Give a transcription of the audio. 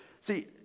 See